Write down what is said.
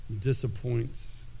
disappoints